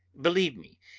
believe me,